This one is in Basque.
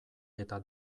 eta